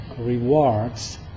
rewards